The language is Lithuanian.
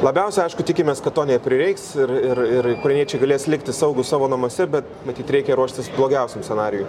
labiausiai aišku tikimės kad to neprireiks ir ir ir ukrainiečiai galės likti saugūs savo namuose bet matyt reikia ruoštis blogiausiam scenarijui